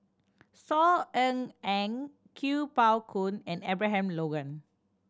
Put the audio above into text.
Saw Ean Ang Kuo Pao Kun and Abraham Logan